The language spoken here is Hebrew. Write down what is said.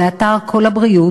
אתר "כל הבריאות"